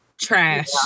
trash